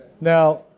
Now